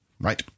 right